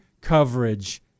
coverage